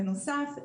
בנוסף,